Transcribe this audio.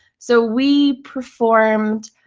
so we performed.